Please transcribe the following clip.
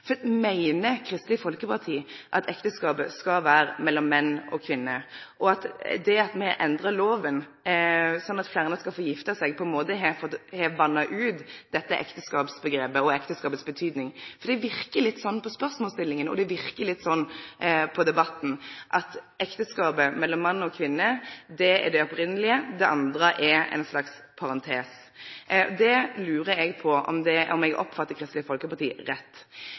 at ekteskapet skal vere mellom mann og kvinne, og at det at me endrar loven slik at fleire skal få gifte seg, på ein måte har vatna ut ekteskapsomgrepet og ekteskapets betydning? Det verkar litt slik på spørsmålsstillinga, og det verkar litt slik på debatten at ekteskapet mellom mann og kvinne er det opphavlege, det andre er ein slags parentes. Då lurer eg på om eg oppfattar Kristeleg Folkeparti rett.